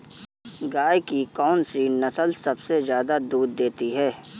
गाय की कौनसी नस्ल सबसे ज्यादा दूध देती है?